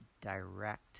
direct